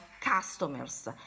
customers